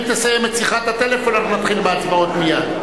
אם תסיים את שיחת הטלפון אנחנו נתחיל בהצבעות מייד.